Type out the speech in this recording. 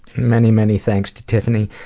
many, many thanks to tiffany.